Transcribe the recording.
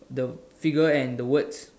the figure and the words